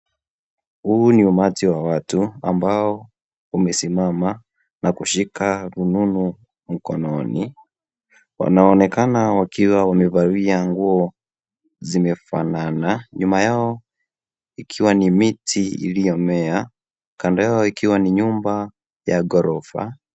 Huubni umati wa watu ambao wamesimama na kushika rununu mkononi . Wanaonekana wakiwa wamevalia nguo zimefanana. Nyuma yao ikiwa ni miti iloyomea, Kando Yao ikiwa ni nyumba ya ghorofa.